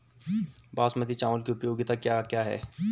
बासमती चावल की उपयोगिताओं क्या क्या हैं?